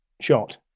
shot